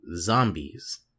Zombies